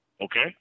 Okay